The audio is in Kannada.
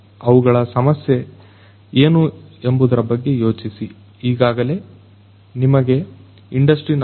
ಅವುಗಳ ಸಮಸ್ಯೆ ಏನು ಎಂಬುದರ ಬಗ್ಗೆ ಯೋಚಿಸಿ ಈಗಾಗಲೇ ನಿಮಗೆ ಇಂಡಸ್ಟ್ರಿ4